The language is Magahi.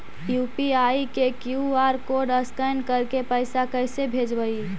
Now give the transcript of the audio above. यु.पी.आई के कियु.आर कोड स्कैन करके पैसा कैसे भेजबइ?